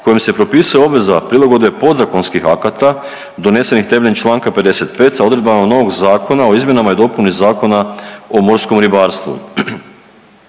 kojim se propisuje obveza prilagodbe podzakonskih akata donesenih temeljem čl. 55 sa odredbama novog zakona o izmjenama i dopuni Zakona o morskom ribarstvu.